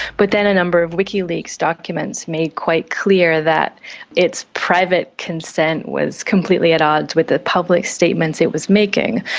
but then a number of wikileaks documents made quite clear that its private consent was completely at odds with the public statements it was making.